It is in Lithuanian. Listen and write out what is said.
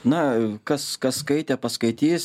na kas kas skaitė paskaitys